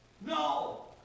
No